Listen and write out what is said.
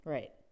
Right